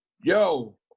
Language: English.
Yo